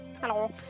hello